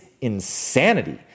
insanity